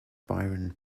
byron